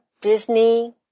Disney